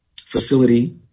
facility